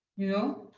you know?